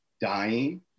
dying